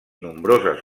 nombroses